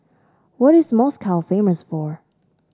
what is Moscow famous for